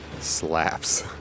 slaps